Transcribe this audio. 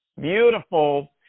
beautiful